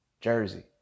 Jersey